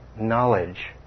knowledge